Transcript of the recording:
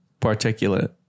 Particulate